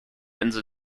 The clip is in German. insel